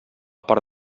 part